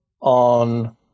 on